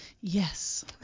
Yes